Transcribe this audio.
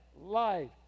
life